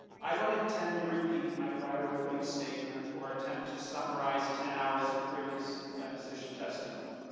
i don't intend to repeat my prior opening statement or attempt to summarize ten hours of previous deposition testimony.